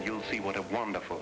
you'll see what a wonderful